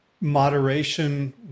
moderation